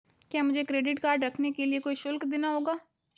क्या मुझे credit card रखने के लिए कोई शुल्क देना होगा?